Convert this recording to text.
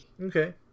Okay